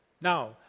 Now